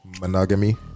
monogamy